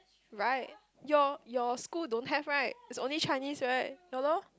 right your your school don't have right it's only Chinese right ya lor